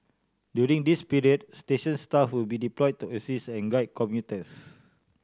during this period station staff will be deployed to assist and guide commuters